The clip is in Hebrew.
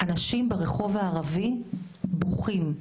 אנשים ברחוב הערבי בוכים.